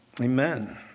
Amen